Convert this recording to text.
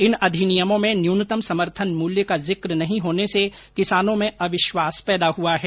इन अधिनियमों में न्यूनतम समर्थन मूल्य का जिक नहीं होने से किसानों में अविश्वास पैदा हुआ है